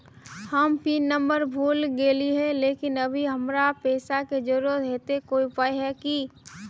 हम PIN number भूल गेलिये लेकिन अभी हमरा पैसा के जरुरत है ते कोई उपाय है की?